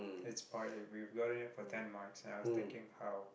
it's part of for ten marks and I was thinking how